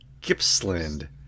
Gippsland